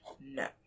No